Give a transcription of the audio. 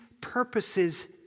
purposes